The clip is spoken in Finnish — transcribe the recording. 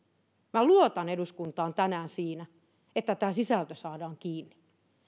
minä luotan eduskuntaan tänään siinä että tämä sisältö saadaan kiinni